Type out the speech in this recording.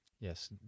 Yes